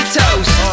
toast